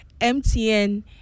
mtn